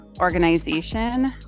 organization